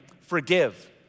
forgive